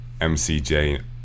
mcj